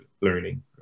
learning